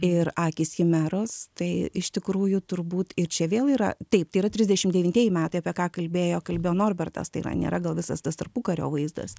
ir akys chimeros tai iš tikrųjų turbūt ir čia vėl yra taip tai yra trisdešimt devintieji metai apie ką kalbėjo kalbėjo norbertas tai yra nėra gal visas tas tarpukario vaizdas